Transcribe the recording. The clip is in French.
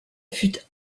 fut